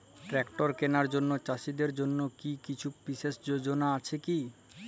Tractor কেনার জন্য চাষীদের জন্য কী কিছু বিশেষ যোজনা আছে কি?